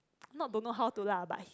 not don't know how to lah but